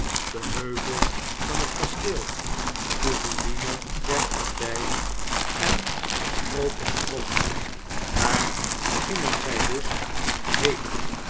de heuvel van het kasteel de ruine der abdjj en den stroopers-sprong daar gingen zij dus heenen